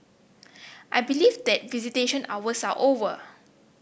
I believe that visitation hours are over